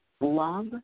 love